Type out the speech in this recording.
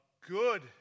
good